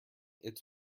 its